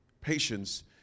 patience